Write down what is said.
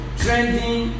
trending